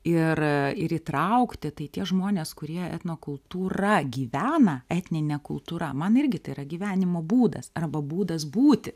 ir ir įtraukti tai tie žmonės kurie etnokultūra gyvena etnine kultūra man irgi tai yra gyvenimo būdas arba būdas būti